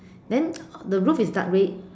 then the roof is dark red